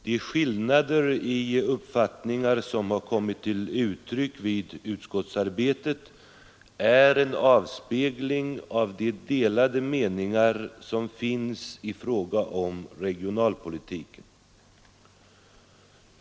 De skillnader i uppfattningar som kommit till uttryck vid utskottsarbetet är en avspegling av delade meningar i fråga om regionalpolitiken.